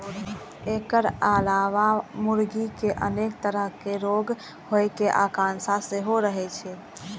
एकर अलावे मुर्गी कें अनेक तरहक रोग होइ के आशंका सेहो रहै छै